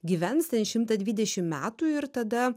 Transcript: gyvens ten šimtą dvidešim metų ir tada